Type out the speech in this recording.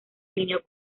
alineó